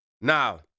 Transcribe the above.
Now